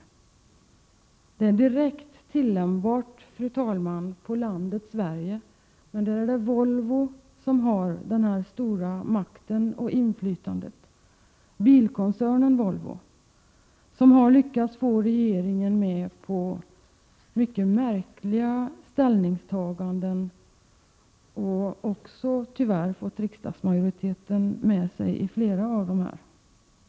Detta är direkt tillämpbart på landet Sverige, fru talman, men här är det Volvo som har den stora makten och det stora inflytandet. Bilkoncernen Volvo har lyckats få regeringen att gå med på mycket märkliga ställningstaganden och har tyvärr också fått riksdagsmajoriteten med sig i flera fall.